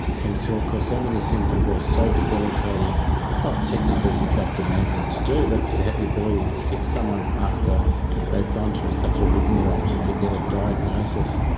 can so cause so many symptoms that are so debilitating. and it's not technically that demanding to do, but to have the ability to fix someone after they've gone through such a rigmarole just to get a diagnosis,